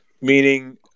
meaning